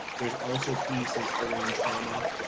there's also pieces around trauma,